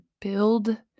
build